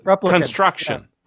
construction